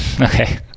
okay